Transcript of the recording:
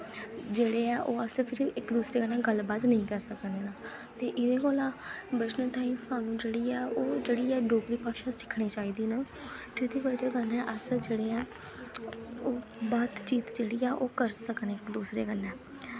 जेह्ड़े ऐ ओह् अस इक दूसरे कन्नै गल्ल बात नेईं करी सकदे ऐं ते एह्दे कोला बचने ताईं सानूं जेह्ड़ी ऐ ओह् डोगरी भाशा सिक्खनी चाहिदी ऐ जेह्दी ब'जा कन्नै अस जेह्ड़े बात चीत अस करी सकनें इक दूसरे कन्नै